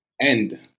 end